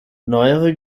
neuere